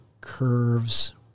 curves